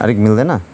अलिक मिल्दैन